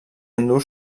endur